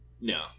No